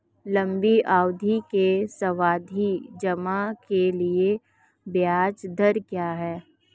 लंबी अवधि के सावधि जमा के लिए ब्याज दर क्या है?